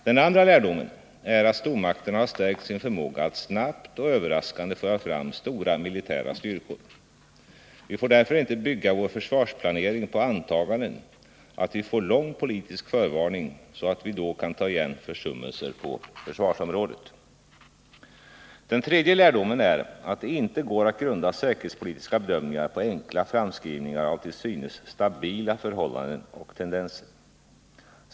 Den andra lärdomen är att stormakterna har stärkt sin förmåga att snabbt och överraskande föra fram stora militära styrkor. Vi får därför inte bygga vår försvarsplanering på antaganden att vi får lång politisk förvarning, så att vi då kan ta igen försummelser på försvarsområdet. Den tredje lärdomen är att det inte går att grunda säkerhetspolitiska bedömningar på enkla framskrivningar av till synes stabila förhållanden och tendenser.